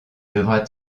devra